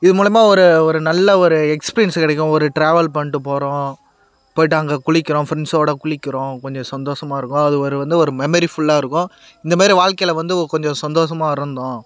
இது மூலமாக ஒரு ஒரு நல்ல ஒரு எக்ஸ்பீரியன்ஸ் கிடைக்கும் ஒரு டிராவல் பண்ணிட்டு போகிறோம் போய்ட்டு அங்கே குளிக்கிறோம் ஃப்ரெண்ட்ஸ்ஸோட குளிக்கிறோம் கொஞ்சம் சந்தோசமாக இருக்கோம் அது ஒரு வந்து ஒரு மெமரிஃபுல்லாக இருக்கும் இந்தமாரி வாழ்க்கையில் வந்து கொஞ்சம் சந்தோசமாக இருந்தோம்